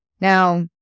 Now